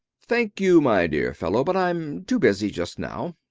thank you, my dear fellow but i'm too busy just now.